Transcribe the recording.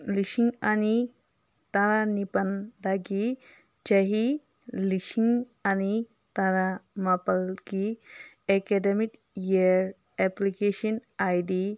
ꯂꯤꯁꯤꯡ ꯑꯅꯤ ꯇꯔꯥꯅꯤꯄꯥꯜꯗꯒꯤ ꯆꯍꯤ ꯂꯤꯁꯤꯡ ꯑꯅꯤ ꯇꯔꯥ ꯃꯥꯄꯜꯒꯤ academic year application I D